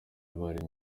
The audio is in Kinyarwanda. baririmbye